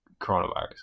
coronavirus